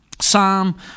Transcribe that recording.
Psalm